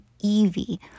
Evie